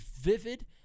vivid